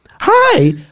Hi